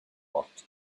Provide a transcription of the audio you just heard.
walked